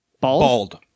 Bald